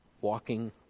Walking